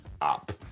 up